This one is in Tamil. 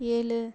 ஏழு